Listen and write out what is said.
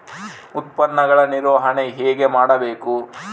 ಉತ್ಪನ್ನಗಳ ನಿರ್ವಹಣೆ ಹೇಗೆ ಮಾಡಬೇಕು?